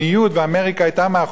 ואמריקה היתה מאחוריו,